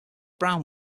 brown